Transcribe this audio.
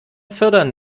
fördern